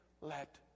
let